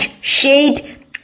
shade